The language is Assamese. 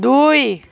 দুই